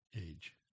age